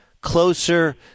closer